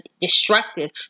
destructive